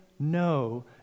No